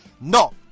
No